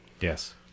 Yes